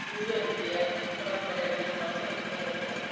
ವಿವಿಧ ರೀತಿಯ ಪರಂಪರೆಯನ್ನು ಸಾಂಸ್ಕರ ಪ್ರತಿವಂತ